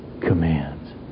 commands